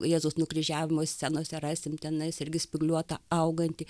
jėzaus nukryžiavimo scenose rasim tenais irgi spygliuotą augantį